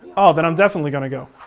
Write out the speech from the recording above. ah then i'm definitely going to go.